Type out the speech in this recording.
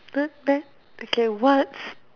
not bad okay what's